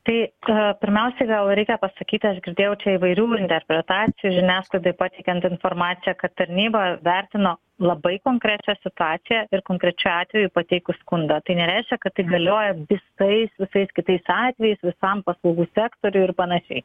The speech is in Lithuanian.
reikia pasakyti aš girdėjau čia įvairių interpretacijų žiniasklaidoje pateikiant informaciją kad tarnyba vertino labai konkrečią situaciją ir konkrečiu atveju pateikus skundą tai nereiškia kad ji galioja visais visais kitais atvejais visam paslaugų sektoriui ir panašiai